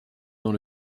dans